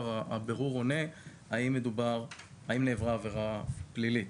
הבירור עונה היא האם נעברה עבירה פלילית.